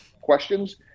questions